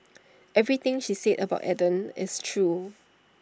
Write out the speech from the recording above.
everything she said about Eden is true